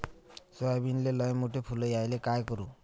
सोयाबीनले लयमोठे फुल यायले काय करू?